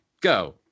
go